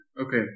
Okay